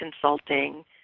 consulting